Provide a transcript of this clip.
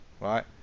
right